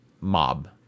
mob